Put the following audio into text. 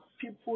people